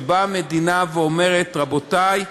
באה המדינה ואומרת: רבותי,